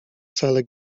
salę